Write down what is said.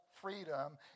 freedom